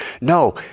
No